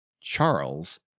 Charles